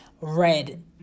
red